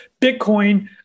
Bitcoin